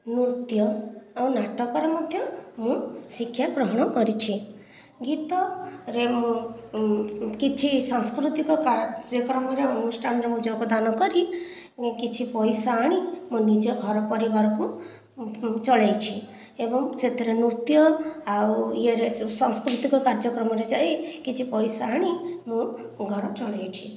ନୃତ୍ୟ ଓ ନାଟକରେ ମଧ୍ୟ ମୁଁ ଶିକ୍ଷା ଗ୍ରହଣ କରିଛି ଗୀତରେ ମୁଁ କିଛି ସାଂସ୍କୃତିକ କାର୍ଯ୍ୟକ୍ରମ ରେ ଅନୁଷ୍ଠାନରେ ମୁଁ ଯୋଗଦାନ କରି କିଛି ପଇସା ଆଣି ମୋ ନିଜ ଘର ପରିବାରକୁ ଚଳେଇଛି ଏବଂ ସେଥିରେ ନୃତ୍ୟ ଆଉ ଇଏ ସାଂସ୍କୃତିକ କାର୍ଯ୍ୟକ୍ରମରେ ଯାଇ କିଛି ପଇସା ଆଣି ମୁଁ ଘର ଚଳେଇଛି